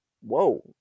whoa